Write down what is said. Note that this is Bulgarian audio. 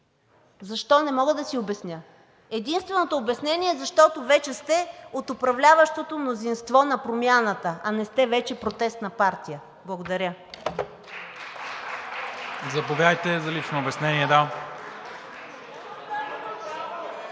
Защо – не мога да си обясня. Единственото обяснение е, защото сте от управляващото мнозинство на промяната, а не сте вече протестна партия. Благодаря.